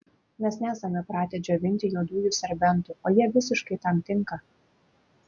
mes nesame pratę džiovinti juodųjų serbentų o jie visiškai tam tinka